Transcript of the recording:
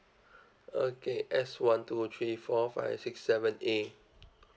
okay S one two three four five six seven A